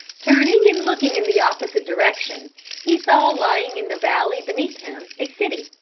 turning and looking in the opposite direction he saw lying in the valley beneath him a city,